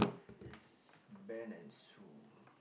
is Ben and Sue